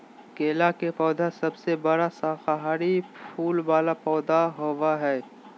केला के पौधा सबसे बड़ा शाकाहारी फूल वाला पौधा होबा हइ